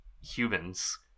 humans